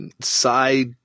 side